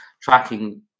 tracking